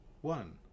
one